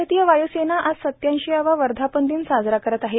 भारतीय वाय्सेना आज सत्याऐंशीवा वर्धापन दिन साजरा करत आहे